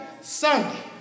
Sunday